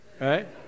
right